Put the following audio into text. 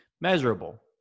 Measurable